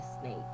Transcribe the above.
Snake